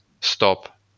stop